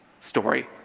story